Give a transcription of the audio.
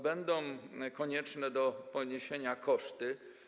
Będą konieczne do poniesienia koszty.